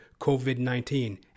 COVID-19